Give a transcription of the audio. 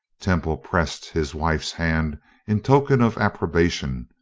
temple pressed his wife's hand in token of approbation,